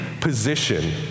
position